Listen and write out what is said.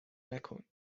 مکن